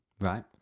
Right